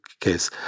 case